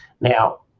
Now